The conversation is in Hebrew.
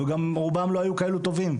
וגם רובם לא היו כאלה טובים,